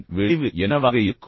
அதன் விளைவு என்னவாக இருக்கும்